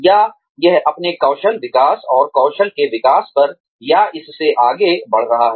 या यह अपने कौशल विकास और कौशल के विकास पर या इससे आगे बढ़ रहा है